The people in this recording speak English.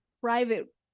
private